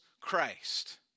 Christ